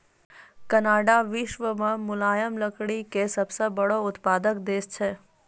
Canada विश्व मॅ मुलायम लकड़ी के सबसॅ बड़ो उत्पादक देश छै